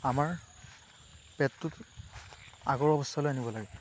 আমাৰ পেটটোত আগৰ অৱস্থালৈ আনিব লাগে